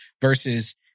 versus